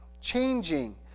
changing